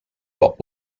what